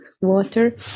water